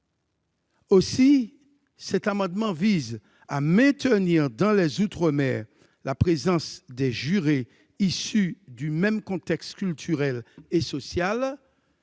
Aussi, cet amendement vise à maintenir dans les outre-mer la présence de jurés issus du même contexte culturel et social,